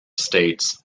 states